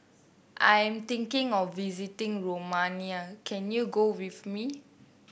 I am thinking of visiting Romania can you go with me